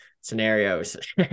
scenarios